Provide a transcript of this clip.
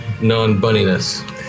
non-bunniness